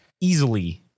easily